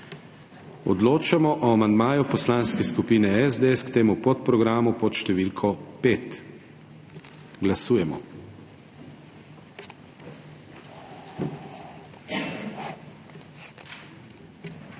Odločamo o amandmaju Poslanske skupine SDS k temu podprogramu pod številko 1. Glasujemo.